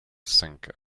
sink